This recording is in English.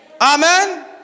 Amen